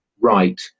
right